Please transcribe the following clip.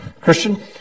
Christian